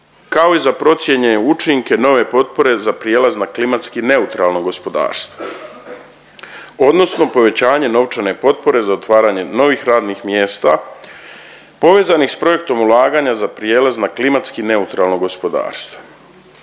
kao i za procijenjene učinke nove potpore za prijelaz na klimatski neutralno gospodarstvo odnosno povećanje novčane potpore za otvaranje novih ranih mjesta povezanih s projektom ulaganja za prijelaz na klimatski neutralno gospodarstvo.